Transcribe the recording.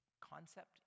concept